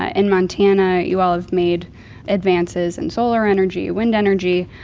ah in montana, you all have made advances in solar energy, wind energy.